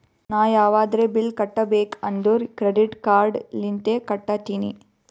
ನಾ ಯಾವದ್ರೆ ಬಿಲ್ ಕಟ್ಟಬೇಕ್ ಅಂದುರ್ ಕ್ರೆಡಿಟ್ ಕಾರ್ಡ್ ಲಿಂತೆ ಕಟ್ಟತ್ತಿನಿ